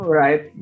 right